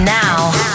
now